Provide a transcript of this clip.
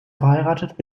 verheiratet